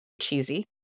cheesy